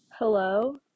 Hello